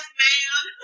man